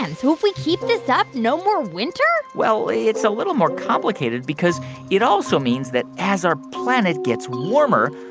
um so if we keep this up, no more winter? well, it's a little more complicated because it also means that as our planet gets warmer,